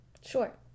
sure